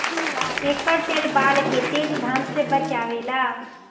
एकर तेल बाल के तेज घाम से बचावेला